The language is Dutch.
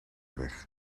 weg